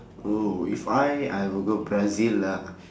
oh if I I will go brazil lah